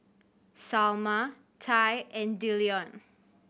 Salma Tye and Dillion